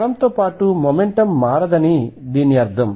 కాలం తో పాటు మొమెంటం మారదని దీని అర్థం